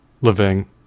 living